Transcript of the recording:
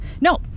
No